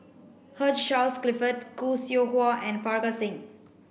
Hugh Charles Clifford Khoo Seow Hwa and Parga Singh